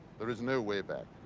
there is no way back.